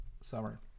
summer